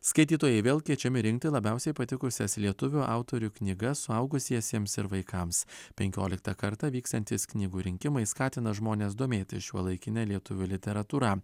skaitytojai vėl kviečiami rinkti labiausiai patikusias lietuvių autorių knygas suaugusiesiems ir vaikams penkioliktą kartą vyksiantys knygų rinkimai skatina žmones domėtis šiuolaikine lietuvių literatūra